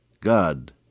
God